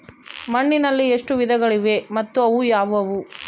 ಮಣ್ಣಿನಲ್ಲಿ ಎಷ್ಟು ವಿಧಗಳಿವೆ ಮತ್ತು ಅವು ಯಾವುವು?